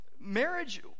Marriage